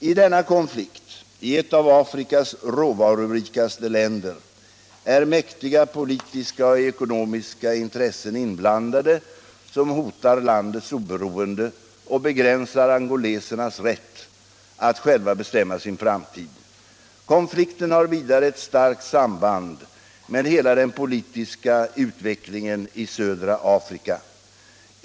I denna konflikt, i ett av Afrikas råvarurikaste länder, är mäktiga politiska och ekonomiska intressen inblandade som hotar landets oberoende och begränsar angolesernas rätt att själva bestämma sin framtid. Konflikten har vidare ett starkt samband med hela den politiska utvecklingen i södra Afrika.